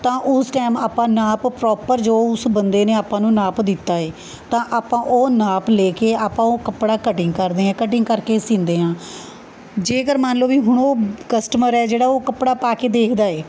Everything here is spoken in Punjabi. ਤਾਂ ਉਸ ਟਾਈਮ ਆਪਾਂ ਨਾਪ ਪ੍ਰੋਪਰ ਜੋ ਉਸ ਬੰਦੇ ਨੇ ਆਪਾਂ ਨੂੰ ਨਾਪ ਦਿੱਤਾ ਹੈ ਤਾਂ ਆਪਾਂ ਉਹ ਨਾਪ ਲੈ ਕੇ ਆਪਾਂ ਉਹ ਕੱਪੜਾ ਕਟਿੰਗ ਕਰਦੇ ਹਾਂ ਕਟਿੰਗ ਕਰਕੇ ਸੀਂਦੇ ਹਾਂ ਜੇਕਰ ਮੰਨ ਲਓ ਵੀ ਹੁਣ ਉਹ ਕਸਟਮਰ ਹੈ ਜਿਹੜਾ ਉਹ ਕੱਪੜਾ ਪਾ ਕੇ ਦੇਖਦਾ ਹੈ